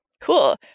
Cool